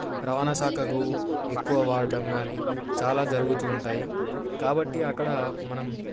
రవాణా శాఖకు ఎక్కువ వాడడం కానీ చాలా జరుగుతూ ఉంటాయి కాబట్టి అక్కడ మనం